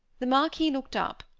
the marquis looked up,